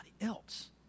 else